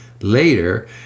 later